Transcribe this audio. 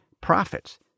profits